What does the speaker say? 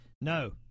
No